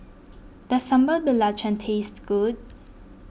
does Sambal Belacan taste good